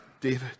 David